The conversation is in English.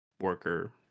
worker